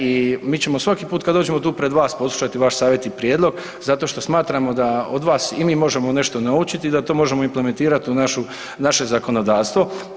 I mi ćemo svaki put kada dođemo tu pred vas poslušati vaš savjet i prijedlog zato što smatramo da od vas i mi možemo nešto naučiti i da to možemo implementirati u naše zakonodavstvo.